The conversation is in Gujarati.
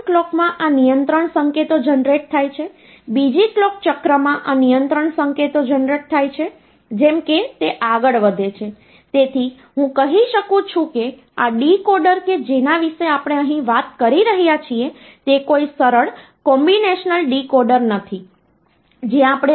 અલબત્ત તમે આ વાસ્તવિક સંખ્યાઓનું બીજું રીપ્રેસનટેશન કરી શકો છો જેને આપણે અહીં ધ્યાનમાં લેતા નથી અને તે ફ્લોટિંગ પોઈન્ટ રીપ્રેસનટેશન છે